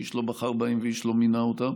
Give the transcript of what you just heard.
שאיש לא בחר בהם ואיש לא מינה אותם.